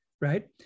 right